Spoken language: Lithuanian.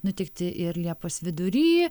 nutikti ir liepos vidury